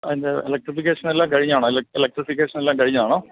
അതിൻ്റെ ഇലക്ട്രിഫിക്കേഷൻ എല്ലാം കഴിഞ്ഞതാണോ ഇല ഇലക്ട്രിഫിക്കേഷൻ എല്ലാം കഴിഞ്ഞതാണോ